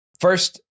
First